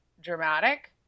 dramatic